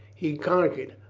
he conquered.